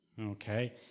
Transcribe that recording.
okay